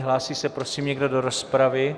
Hlásí se prosím někdo do rozpravy?